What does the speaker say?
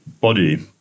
body